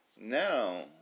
now